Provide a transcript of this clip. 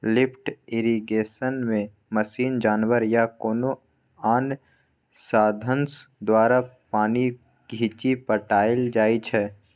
lift इरिगेशनमे machine, जानबर या कोनो आन साधंश द्वारा पानि घीचि पटाएल जाइ छै